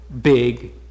big